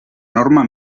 norma